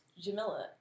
Jamila